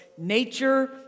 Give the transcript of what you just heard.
nature